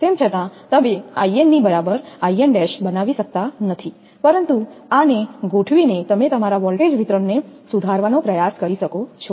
તેમ છતાં તમે 𝐼𝑛 𝐼𝑛 ની બરાબર 𝐼𝑛′ બનાવી શકતા નથી પરંતુ આને ગોઠવીને તમે તમારા વોલ્ટેજ વિતરણને સુધારવાનો પ્રયાસ કરી શકો છો